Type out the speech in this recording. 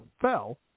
fell